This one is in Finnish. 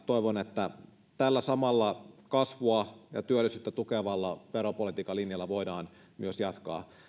toivon että tällä samalla kasvua ja työllisyyttä tukevalla veropolitiikan linjalla voidaan myös jatkaa